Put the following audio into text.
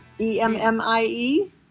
E-M-M-I-E